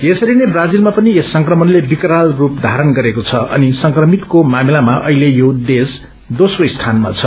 यसरी नै ब्राजीलमा पनि यस संक्रमणले विकराल स्प धारण गरेको छ अनि संक्रमितहरूका मामिलामा अहिले यो देश्र दोस्रो स्थानमा छ